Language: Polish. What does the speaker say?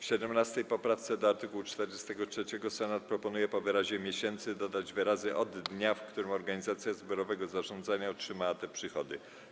W 17. poprawce do art. 43 Senat proponuje, aby po wyrazie „miesięcy” dodać wyrazy „od dnia, w którym organizacja zbiorowego zarządzania otrzymała te przychody”